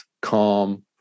calm